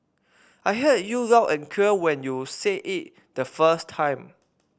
I heard you loud and clear when you said it the first time